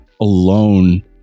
alone